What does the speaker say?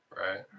right